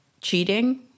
cheating